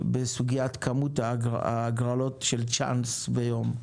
בסוגיית כמות ההגרלות של צ'אנס ביום.